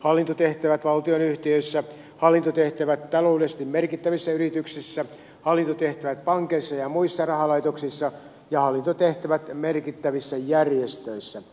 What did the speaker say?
hallintotehtävät valtionyhtiöissä hallintotehtävät taloudellisesti merkittävissä yrityksissä hallintotehtävät pankeissa ja muissa rahalaitoksissa ja hallintotehtävät merkittävissä järjestöissä